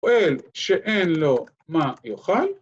‫פועל רואה שאין לו מה יוכל.